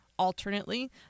alternately